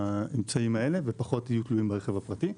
באמצעים האלה ופחות יהיו תלויים ברכב הפרטי,